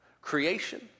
creation